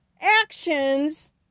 actions